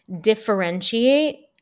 differentiate